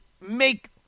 make